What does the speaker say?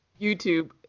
YouTube